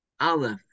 aleph